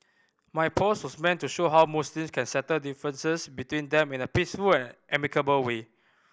my posts meant to show how Muslims can settle differences between them in a peaceful and amicable way